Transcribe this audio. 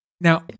now